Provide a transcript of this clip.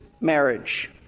marriage